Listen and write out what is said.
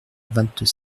vingt